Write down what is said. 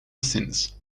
since